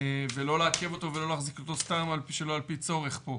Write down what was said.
ולא לעכב אותו ולא להחזיק אותו סתם שלא על פי צורך פה.